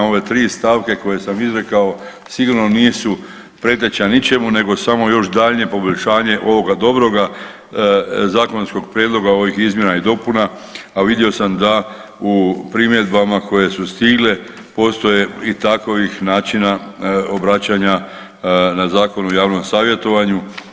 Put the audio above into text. Ove tri stavke koje sam izrekao sigurno nisu preteča ničemu nego još samo daljnje poboljšanje ovoga dobroga zakonskog prijedloga ovih izmjena i dopuna, a vidio sam da u primjedbama koje su stigle postoje i takovih načina obraćanja na Zakonu o javnom savjetovanju.